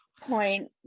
point